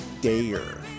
dare